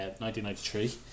1993